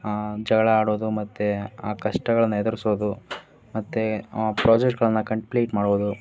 ಜಗಳ ಆಡೋದು ಮತ್ತೆ ಆ ಕಷ್ಟಗಳನ್ನು ಎದುರಿಸೋದು ಮತ್ತೆ ಆ ಪ್ರಾಜೆಕ್ಟ್ಗಳನ್ನು ಕಂಪ್ಲೀಟ್ ಮಾಡೋದು